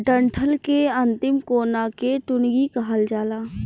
डंठल के अंतिम कोना के टुनगी कहल जाला